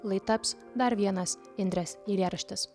lai taps dar vienas indrės eilėraštis